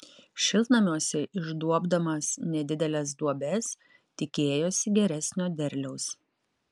šiltnamiuose išduobdamas nedideles duobes tikėjosi geresnio derliaus